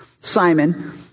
Simon